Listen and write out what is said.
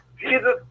Jesus